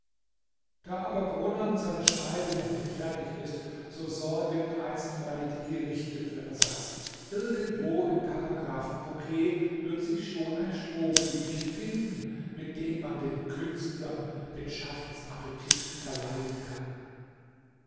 da aber brunnern seine schreibe noch nicht fertig ist so sorgen einstweilen die gerichte für ersatz irgendwo im paragraphenbukett wird sich schon ein strohblümchen finden mit dem man den künstlern den schaffensappetit verleiden kann